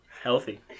healthy